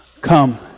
Come